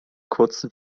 kurzen